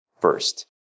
first